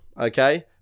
Okay